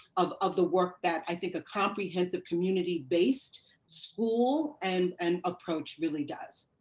of of the work that i think a comprehensive community based school and and approach really does.